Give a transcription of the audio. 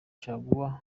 caguwa